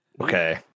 Okay